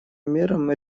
мерам